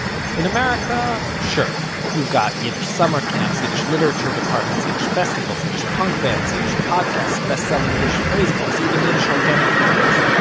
in america, sure you've got yiddish summer camps, yiddish literature departments, yiddish festivals, yiddish punk bands, yiddish podcasts, best selling yiddish phrase books, even yiddish organic farms.